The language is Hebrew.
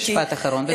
משפט אחרון,